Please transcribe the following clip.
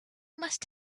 must